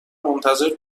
منتظر